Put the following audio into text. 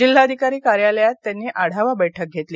जिल्हाधिकारी कार्यालयात त्यांनी आढावा बैठक घेतली